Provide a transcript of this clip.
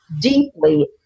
deeply